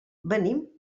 venim